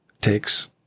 takes